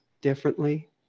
differently